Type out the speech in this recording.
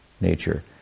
nature